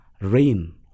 rain